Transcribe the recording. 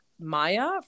Maya